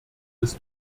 ist